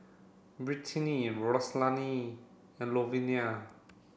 Brittney Rosalia and Louvenia